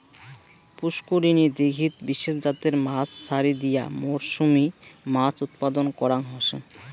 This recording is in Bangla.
পুষ্করিনী, দীঘিত বিশেষ জাতের মাছ ছাড়ি দিয়া মরসুমী মাছ উৎপাদন করাং হসে